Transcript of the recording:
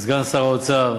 סגן שר האוצר,